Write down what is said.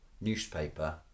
newspaper